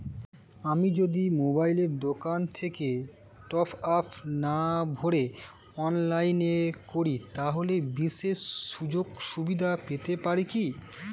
আমি যদি মোবাইলের দোকান থেকে টপআপ না ভরে অনলাইনে করি তাহলে বিশেষ সুযোগসুবিধা পেতে পারি কি?